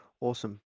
awesome